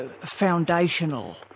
foundational